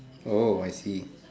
oh I see